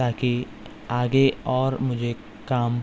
تاکہ آگے اور مجھے کام